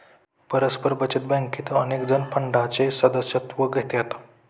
परस्पर बचत बँकेत अनेकजण फंडाचे सदस्यत्व घेतात